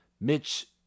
Mitch